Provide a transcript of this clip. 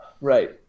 Right